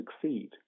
succeed